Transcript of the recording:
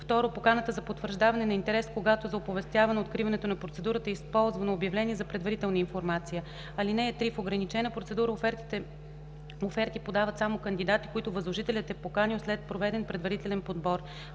или 2. поканата за потвърждаване на интерес, когато за оповестяване откриването на процедурата е използвано обявление за предварителна информация. (3) В ограничена процедура оферти подадат само кандидати, които възложителят е поканил след проведен предварителен подбор.